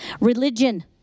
Religion